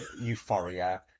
euphoria